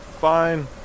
Fine